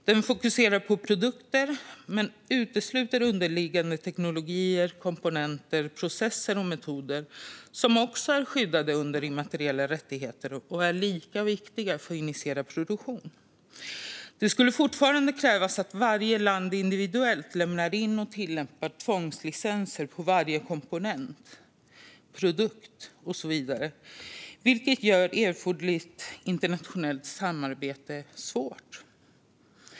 Det fokuserar på produkter men utesluter underliggande teknologier, komponenter, processer och metoder som också är skyddade under immateriella rättigheter och som är lika viktiga för att initiera produktion. Det skulle fortfarande krävas att varje land individuellt lämnar in och tillämpar tvångslicenser på varje komponent, produkt och så vidare vilket gör erforderligt internationellt samarbete svårt.